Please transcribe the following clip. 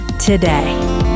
today